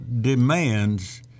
demands